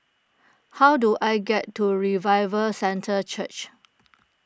how do I get to Revival Centre Church